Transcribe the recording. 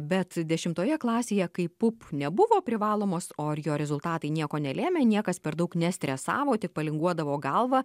bet dešimtoje klasėje kai pup nebuvo privalomos o ir jo rezultatai nieko nelėmė niekas per daug nestresavo tik palinguodavo galvą